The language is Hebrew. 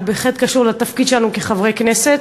אבל בהחלט קשור לתפקיד שלנו כחברי הכנסת.